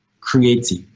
creative